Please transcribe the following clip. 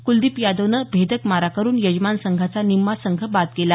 कुलदिप यादवनं भेदक मारा करून यजमान संघाचा निम्मा संघ बाद केला